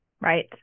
right